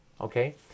Okay